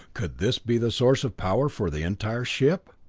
could this be the source of power for the entire ship?